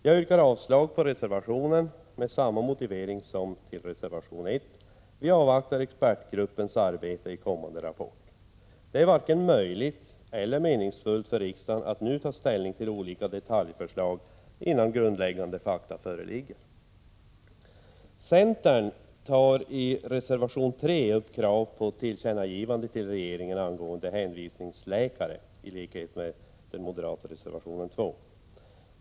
Jag yrkar avslag på reservationen med samma motivering som den som anförts beträffande reservation 1: vi avvaktar expertgruppens arbete och kommande rapport. Det är varken möjligt eller meningsfullt för riksdagen att ta ställning till olika detaljförslag innan grundläggande fakta föreligger. Centern framför i reservation 3 krav på tillkännagivande till regeringen angående hänvisningsläkare, dvs. ett krav liknande det som framförs i den moderata reservationen nr 2.